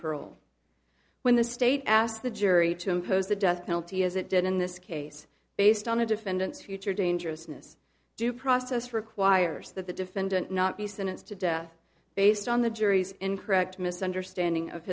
parole when the state asked the jury to impose the death penalty as it did in this case based on a defendant's future dangerousness due process requires that the defendant not be sentenced to death based on the jury's incorrect misunderstanding of